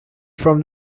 from